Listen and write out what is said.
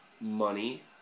money